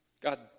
God